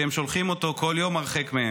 שהם שולחים בכל יום הרחק מהם.